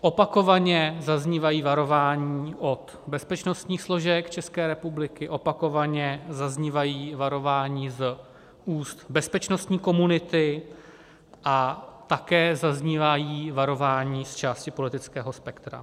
Opakovaně zaznívají varování od bezpečnostních složek České republiky, opakovaně zaznívají varování z úst bezpečnostní komunity a také zaznívají varování z části politického spektra.